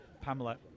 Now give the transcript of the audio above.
Pamela